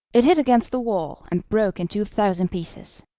it hit against the wall, and broke into a thousand pieces.